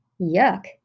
Yuck